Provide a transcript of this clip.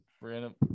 Random